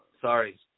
Sorry